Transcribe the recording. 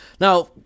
Now